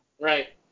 Right